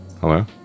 Hello